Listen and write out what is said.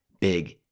big